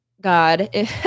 God